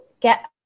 get